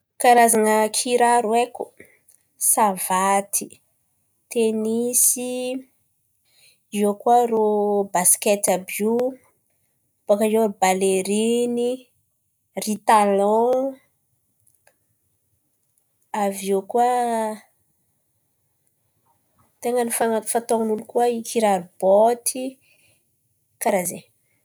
Karazan̈a kiraro haiko: savàty, tenisy, eo koà irô baskety àby io. Bôkà eo baleriny, ry talon; avy eo koà ten̈a ny fataon'olo koà ery kiraro bôty, karà zen̈y.